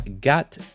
got